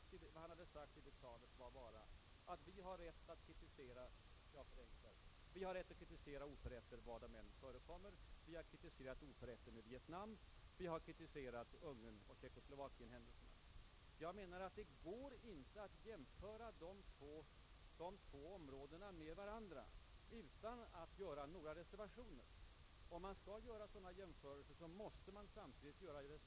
Men regeringen har nu själv försatt sig i en situation som kan vara svår att komma ut ur, det skall jag nu liksom tidigare gärna erkänna. Beträffande utrikespolitiken och mitt citat ur herr Palmes Storliental gjorde herr Palme nu gällande att vad han sagt i det talet bara var — jag förenklar — att vi har rätt att kritisera oförrätter var de än förekommer. Vi har kritiserat oförrätter i Vietnam. Vi har kritiserat Ungernoch Tjeckoslovakienhändelserna. Jag menar att det inte utan vidare går att jämföra dessa företeelser med varandra. Om man ändå gör sådana jämförelser måste man samtidigt göra reservationer.